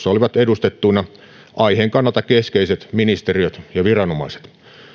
olivat edustettuina aiheen kannalta keskeiset ministeriöt ja viranomaiset